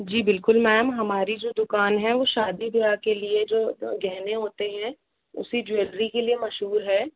जी बिलकुल मैम हमारी जो दुकान है वो शादी ब्याह के लिए जो गहने होते हैं उसी ज्वेलरी के लिए मशहूर है